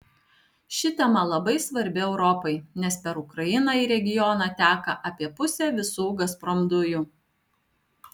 ši tema labai svarbi europai nes per ukrainą į regioną teka apie pusę visų gazprom dujų